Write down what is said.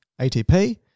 ATP